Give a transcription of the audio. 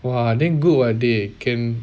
!wah! then good what dey can